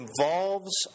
involves